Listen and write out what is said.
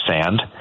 sand